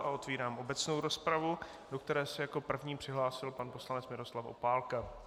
Otevírám obecnou rozpravu, do které se jako první přihlásil pan poslanec Miroslav Opálka.